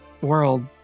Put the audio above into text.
world